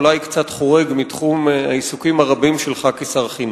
אולי קצת חורג מתחום העיסוקים הרבים שלך כשר החינוך.